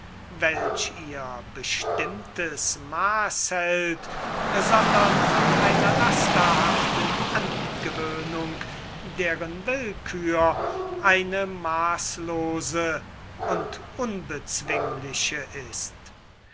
welch ihr bestimmtes maß hält sondern von einer lasterhaften angewöhnung deren willkür eine maßlose und unbezwingliche ist